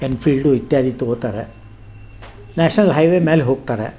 Enfield ಇತ್ಯಾದಿ ತೊಗೊತಾರೆ national highway ಮೇಲ್ ಹೋಗ್ತಾರೆ